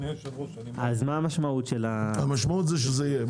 המשמעות היא שזה יהיה.